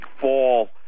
fall